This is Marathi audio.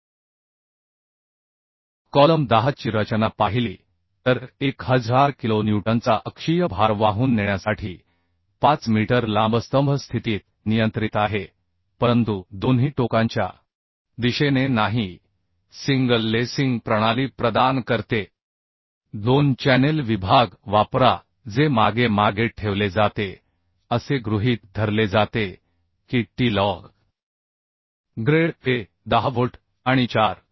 5 मीटर लांब ची रचना पाहिली तर 1000 किलो न्यूटनचा अक्षीय भार वाहून नेण्यासाठी वापरली जाईल स्तंभ स्थितीत नियंत्रित आहे परंतु दोन्ही टोकांच्या दिशेने नाही सिंगल लेसिंग प्रणाली प्रदान करते दोन चॅनेल विभाग वापरा जे मागे मागे ठेवले जाते असे गृहीत धरले जाते की T लॉग ग्रेड Fe10 व्होल्ट आणि 4